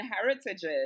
heritages